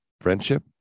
friendship